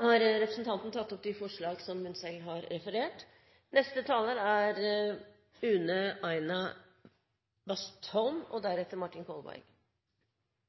Representanten Karin Andersen har tatt opp de forslagene som hun refererte til. Det er et ærefullt oppdrag å debutere som stortingsrepresentant i dag, i debatten om grunnlovfesting av de mest sentrale menneskerettighetene. Men også for Miljøpartiet De Grønne, som parti og